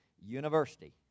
University